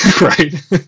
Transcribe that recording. right